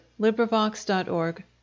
LibriVox.org